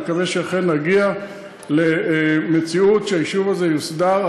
אני מקווה שאכן נגיע למציאות שהיישוב הזה יוסדר.